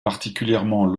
particulièrement